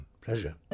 Pleasure